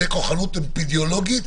זו כוחנות אפידמיולוגית,